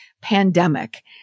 pandemic